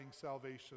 salvation